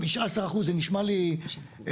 15% זה נשמע לי המון.